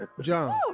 John